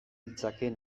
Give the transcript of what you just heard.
ditzakeen